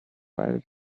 provided